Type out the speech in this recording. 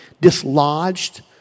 dislodged